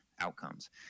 outcomes